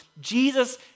Jesus